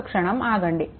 ఒక్క క్షణం ఆగండి